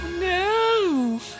No